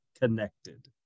connected